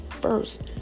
first